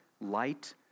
light